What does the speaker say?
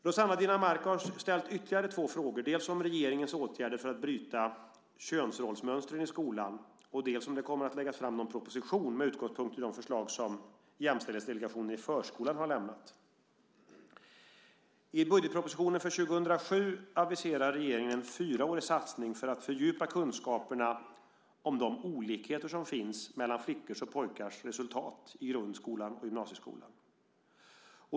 Rossana Dinamarca har ställt ytterligare två frågor, dels om regeringens åtgärder för att bryta könsrollsmönstren i skolan, dels om det kommer att läggas fram någon proposition med utgångspunkt i de förslag som Delegationen för jämställdhet i förskolan har lämnat. I budgetpropositionen för år 2007 aviserar regeringen en fyraårig satsning för att fördjupa kunskaperna om de olikheter som finns mellan flickors och pojkars resultat i grundskolan och gymnasieskolan.